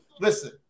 listen